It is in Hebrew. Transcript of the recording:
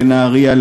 לנהריה,